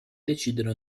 decidono